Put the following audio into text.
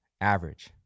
Average